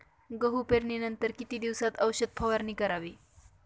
गहू पेरणीनंतर किती दिवसात औषध फवारणी करावी?